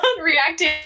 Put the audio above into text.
reacting